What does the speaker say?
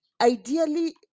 ideally